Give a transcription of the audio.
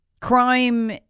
Crime